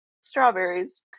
strawberries